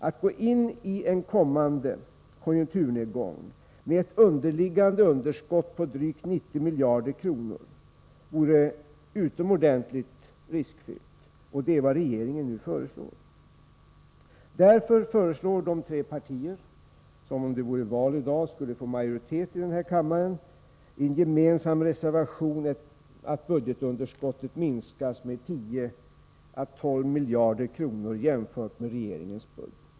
Att gå ini en kommande konjunkturnedgång med ett underliggande underskott på drygt 90 miljarder vore utomordentligt riskfyllt — men detta är vad regeringen nu föreslår. Därför föreslår de tre partier som, om det vore val i dag, skulle få majoritet i den här kammaren i en gemensam reservation att budgetunderskottet minskas med 10-12 miljarder jämfört med regeringens förslag.